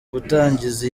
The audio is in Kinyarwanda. gutangiza